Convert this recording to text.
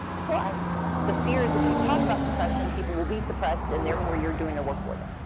plus the fear is if you talk about suppression, people will be suppressed, and therefore you're doing their work for them.